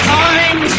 time